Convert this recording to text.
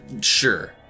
Sure